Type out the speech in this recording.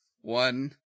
One